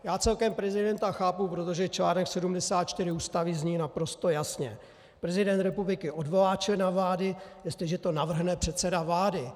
Já celkem prezidenta chápu, protože článek 74 Ústavy zní naprosto jasně: Prezident republiky odvolá člena vlády, jestliže to navrhne předseda vlády.